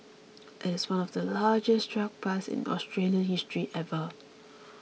it is one of the largest drug busts in Australian history ever